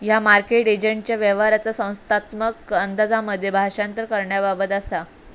ह्या मार्केट एजंटच्या व्यवहाराचा संख्यात्मक अंदाजांमध्ये भाषांतर करण्याबाबत असा